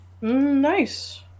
Nice